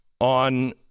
on